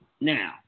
now